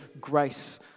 grace